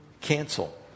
cancel